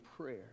prayer